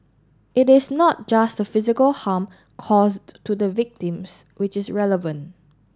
it is not just the physical harm caused to the victims which is relevant